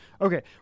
Okay